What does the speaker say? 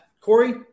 Corey